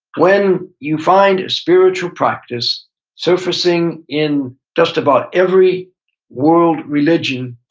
when you find a spiritual practice surfacing in just about every world religion,